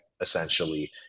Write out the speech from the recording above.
essentially